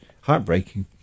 heartbreaking